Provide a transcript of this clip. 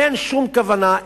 אין שום כוונה,